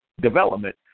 development